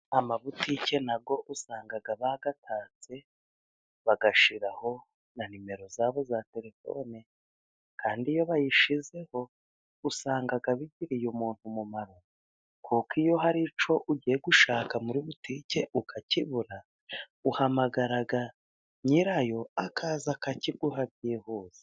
Amabutike nayo usanga bayatatse, bayashiraho na nimero zabo za telefone, kandi iyo bayishizeho usanga bigiriye umuntu umumaro, kuko iyo hari icyo ugiye gushaka muri butike ukakibura, uhamagara nyirayo akaza, akakiguha byihuse